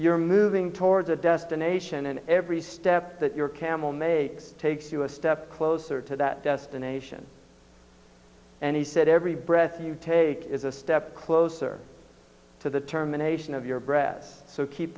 you're moving towards a destination and every step that your camel makes takes you a step closer to that destination and he said every breath you take is a step closer to the terminations of your breasts so keep